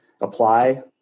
apply